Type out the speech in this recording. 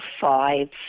five